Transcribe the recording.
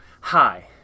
Hi